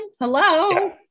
Hello